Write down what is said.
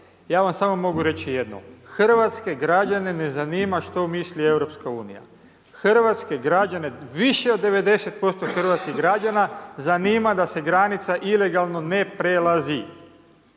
ja vam samo mogu reći jedno, hrvatske građane ne zanima što misli Europska unija, hrvatske građane, više od 90% hrvatskih građana zanima da se granica ilegalno ne prelazi.